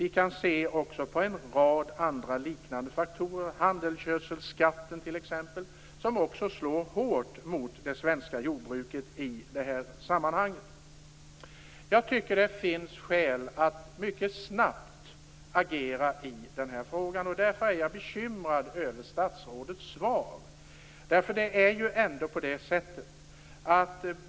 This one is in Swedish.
Det finns också en rad andra liknande faktorer, t.ex. skatten på handelsgödsel, som också slår hårt mot det svenska jordbruket i det här sammanhanget. Jag tycker att det finns skäl att mycket snabbt agera i den här frågan. Därför är jag bekymrad över statsrådets svar.